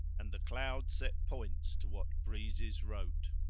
and the clouds set points to what breezes wrote.